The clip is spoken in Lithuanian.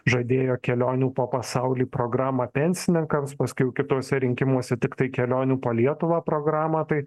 žadėjo kelionių po pasaulį programą pensininkams paskiau kituose rinkimuose tiktai kelionių po lietuvą programą tai